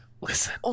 Listen